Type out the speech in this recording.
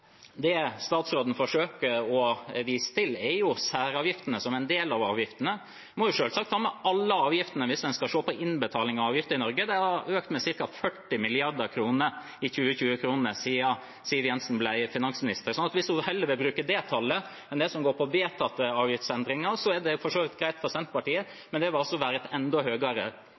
Det statsråden forsøker å vise til, er særavgiftene som en del av avgiftene. En må selvsagt ta med alle avgiftene hvis en skal se på innbetaling av avgifter i Norge. Det har økt med ca. 40 mrd. kr i 2020-kroner siden Siv Jensen ble finansminister. Hvis hun heller vil bruke det tallet enn det som går på vedtatte avgiftsendringer, er det for så vidt greit for Senterpartiet, men det vil altså være et enda